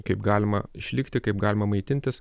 kaip galima išlikti kaip galima maitintis